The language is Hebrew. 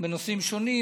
בנושאים שונים,